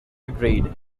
agreed